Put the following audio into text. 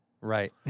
Right